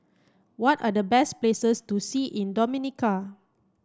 what are the best places to see in Dominica